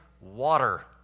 water